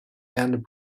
and